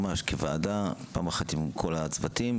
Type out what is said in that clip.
עם כל הצוותים,